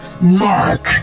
Mark